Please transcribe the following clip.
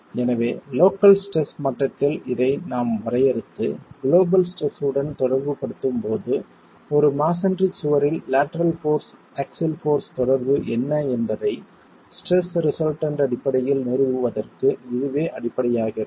எனவே local stress மட்டத்தில் இதை நாம் வரையறுத்து குளோபல் ஸ்ட்ரெஸ் உடன் தொடர்புபடுத்தும்போது ஒரு மஸோன்றிச் சுவரில் லேட்டரல் போர்ஸ் ஆக்ஸில் போர்ஸ் தொடர்பு என்ன என்பதை ஸ்ட்ரெஸ் ரிசல்டன்ட் அடிப்படையில் நிறுவுவதற்கு இதுவே அடிப்படையாகிறது